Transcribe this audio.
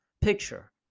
picture